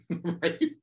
right